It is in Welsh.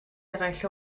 eraill